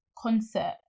concert